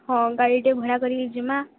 ହଁ ଗାଡ଼ିଟେ ଭଡ଼ା କରିକି ଯିମା